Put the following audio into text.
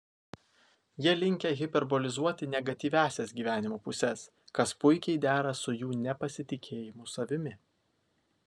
jie linkę hiperbolizuoti negatyviąsias gyvenimo puses kas puikiai dera su jų nepasitikėjimu savimi